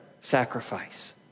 sacrifice